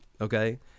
Okay